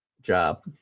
job